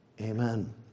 Amen